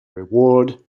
reward